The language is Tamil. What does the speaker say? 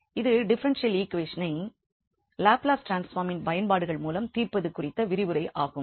இது டிஃபரென்ஷியல் ஈக்வேஷனை லாப்லஸ் ட்ரான்ஸ்பார்மின் பயன்பாடுகள் மூலம் தீர்ப்பது குறித்த விரிவுரை ஆகும்